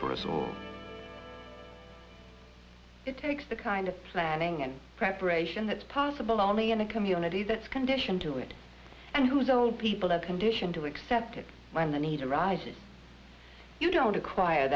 for us all it takes the kind of planning and preparation that is possible only in a community that's conditioned to it and whose old people are conditioned to accept it when the need arises you don't acquire